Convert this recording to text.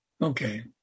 Okay